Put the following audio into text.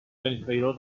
benifairó